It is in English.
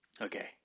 Okay